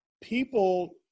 People